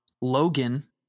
Logan